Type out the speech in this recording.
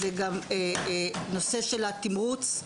וגם בנושא התמרוץ.